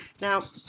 Now